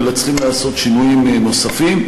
אלא צריכים להיעשות שינויים נוספים.